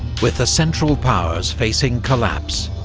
with the central powers facing collapse,